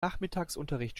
nachmittagsunterricht